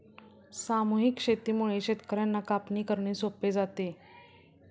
सामूहिक शेतीमुळे शेतकर्यांना कापणी करणे सोपे जाते